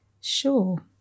Sure